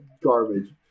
garbage